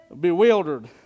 bewildered